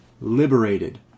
liberated